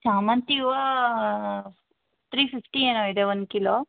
ಶ್ಯಾಮಂತಿಗೆ ಹೂವು three fifty ಏನೋ ಇದೆ ಒಂದು ಕಿಲೋ